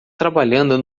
trabalhando